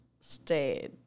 stayed